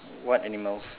what animals